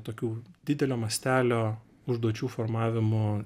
tokių didelio mastelio užduočių formavimu